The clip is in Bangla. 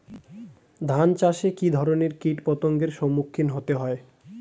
ধান চাষে কী ধরনের কীট পতঙ্গের সম্মুখীন হতে হয়?